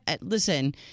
listen